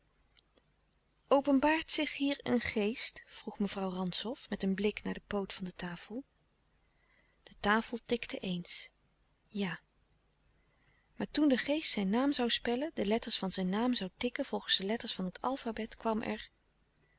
openbaart zich hier een geest vroeg mevrouw rantzow met een blik naar de poot van de tafel de tafel tikte eens ja maar toen de geest zijn naam zoû spellen de letters van zijn naam zoû tikken volgens de letters van het alfabet kwam er